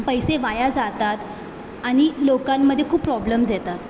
पैसे वाया जातात आणि लोकांमध्ये खूप प्रॉब्लम्ज येतात